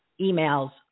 emails